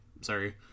Sorry